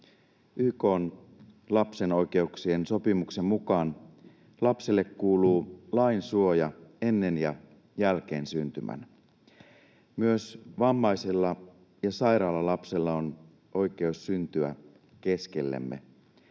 YK:n lapsen oikeuksien sopimuksen mukaan lapselle kuuluu lainsuoja ennen ja jälkeen syntymän. Myös vammaisella ja sairaalla lapsella on oikeus syntyä keskellemme.